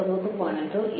85 49